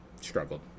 struggled